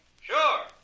Sure